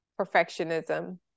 perfectionism